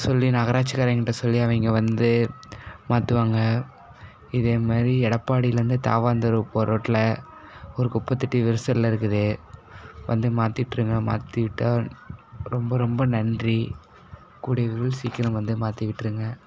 சொல்லி நகராட்சிக்காரிங்கிட்டே சொல்லி அவங்க வந்து மாற்றுவாங்க இதே மாதிரி எடபாடிலேருந்து தாவாந்தூர் போகிற ரூட்டில் ஒரு குப்பைத்தொட்டி விரிசலில் இருக்குது வந்து மாற்றி விட்டுருங்க மாற்றி விட்டால் ரொம்ப ரொம்ப நன்றி கூடிய விரைவில் சீக்கிரம் வந்து மாற்றி விட்டுருங்க